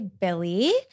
Billy